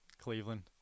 Cleveland